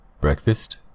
Breakfast